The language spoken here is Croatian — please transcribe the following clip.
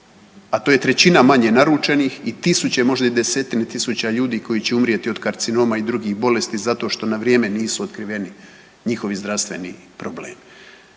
a to je trećina manje naručenih i tisuće, možda i desetine tisuća ljudi koji će umrijeti od karcinoma i drugih bolesti zato što na vrijeme nisu otkriveni njihovi zdravstveni problemi.